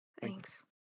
Thanks